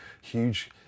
huge